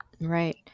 Right